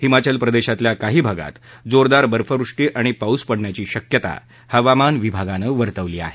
हिमाचल प्रदेशातल्या काही भागात जोरदार बर्फवृष्टी आणि पाऊस पडण्याची शक्यता हवामान विभागानं वर्तवली आहे